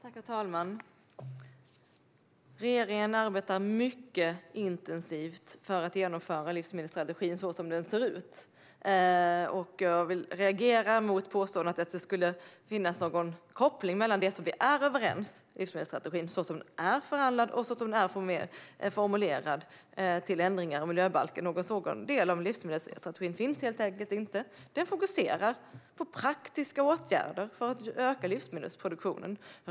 Herr talman! Regeringen arbetar mycket intensivt för att genomföra livsmedelsstrategin så som den ser ut. Jag vill reagera mot påståendet att det skulle finnas någon koppling mellan det som vi är överens om - livsmedelsstrategin så som den är förhandlad och formulerad - och eventuella ändringar i miljöbalken. Någon sådan del av livsmedelsstrategin finns helt enkelt inte. Den fokuserar på praktiska åtgärder för att öka livsmedelsproduktionen.